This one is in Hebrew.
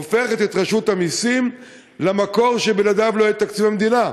הופכת את רשות המסים למקור שבלעדיו לא יהיה תקציב המדינה.